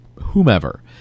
whomever